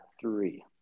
three